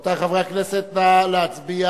רבותי חברי הכנסת, נא להצביע.